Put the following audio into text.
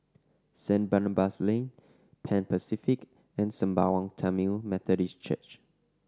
Saint Barnabas Lane Pan Pacific and Sembawang Tamil Methodist Church